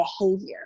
behavior